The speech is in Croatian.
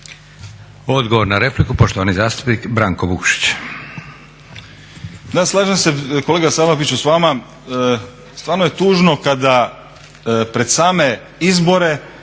Odgovor na repliku poštovani zastupnik Branko Vukšić. **Vukšić, Branko (Nezavisni)** Da, slažem se kolega Salapiću s vama. Stvarno je tužno kada pred same izbore